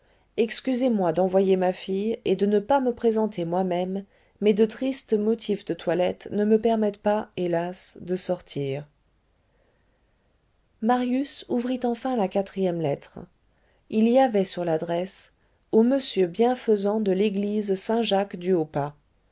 excusez-moi d'envoyer ma fille et de ne pas me présenter moi-même mais de tristes motifs de toilette ne me permettent pas hélas de sortir marius ouvrit enfin la quatrième lettre il y avait sur l'adresse au monsieur bienfaisant de l'église